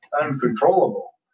uncontrollable